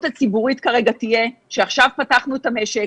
הציבורית כרגע תהיה ש"עכשיו פתחנו את המשק,